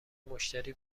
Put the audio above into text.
مشتری